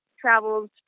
travels